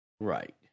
Right